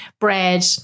bread